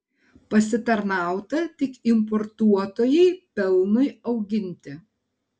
pasitarnauta tik importuotojai pelnui auginti